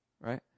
right